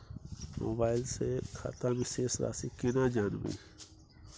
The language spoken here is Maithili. मोबाइल से खाता में शेस राशि केना जानबे?